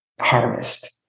harvest